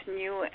new